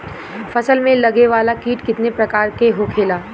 फसल में लगे वाला कीट कितने प्रकार के होखेला?